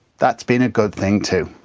that's been a good thing too.